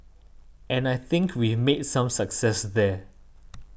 and I think we've made some success there